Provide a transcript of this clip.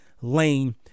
Lane